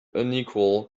unequal